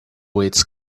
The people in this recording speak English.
weights